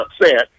upset